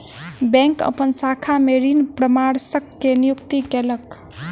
bank अपन शाखा में ऋण परामर्शक के नियुक्ति कयलक